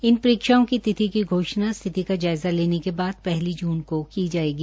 इन परीक्षाओं की तिथि की घोषणा स्थिति का जायज़ा लेने के बाद पहली जून को किया जायेगा